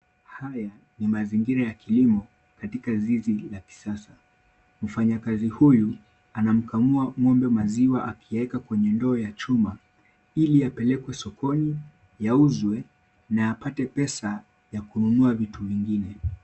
Haya ni mazingira ya kilimo katika zizi la kisasa. Mfanyikazi huyu anamkamua ng'ombe maziwa akieka kwenye ndoonya chuma ili apeleke sokoni yauzwe na apate pesa ya kununua vitu vingine.